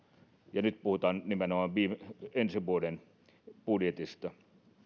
ja nyt puhutaan nimenomaan ensi vuoden budjetista